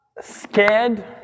scared